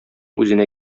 үзенә